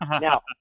now